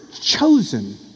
chosen